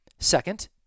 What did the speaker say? Second